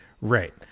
Right